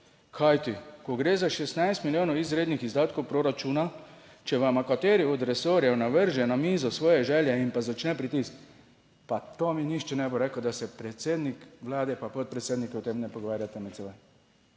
Kajti ko gre za 16 milijonov izrednih izdatkov proračuna, če vama kateri od resorjev navrže na mizo svoje želje in pa začne pritisk, pa to mi nihče ne bo rekel, da se predsednik Vlade pa podpredsedniki o tem ne pogovarjate med seboj.